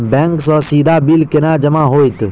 Bank सँ सीधा bill केना जमा होइत?